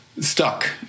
stuck